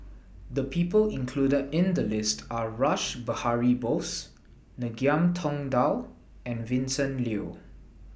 The People included in The list Are Rash Behari Bose Ngiam Tong Dow and Vincent Leow